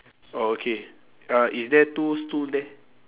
oh okay uh is there two stool there